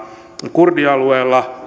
kurdialueella